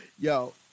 yo